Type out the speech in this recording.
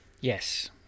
Yes